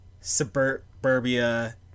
suburbia